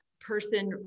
person